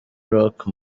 rock